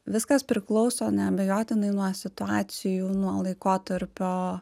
viskas priklauso neabejotinai nuo situacijų nuo laikotarpio